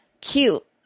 cute